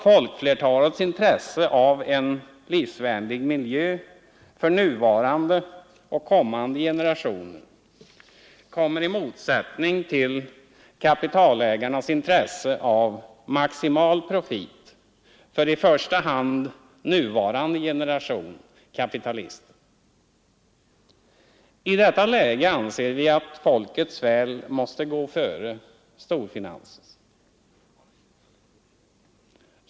Folkflertalets intresse av en livsvänlig miljö för nuvarande och kommande generationer råkar i motsättning till kapitalägarnas intresse av maximal profit för i första hand nuvarande generation kapitalister. I detta läge anser vi att folkets väl måste gå före storfinansens.